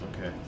Okay